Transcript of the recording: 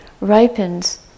ripens